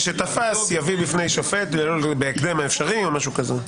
משתפס, יביא בפני שופט בהקדם האפשרי, או משהו כזה.